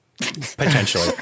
Potentially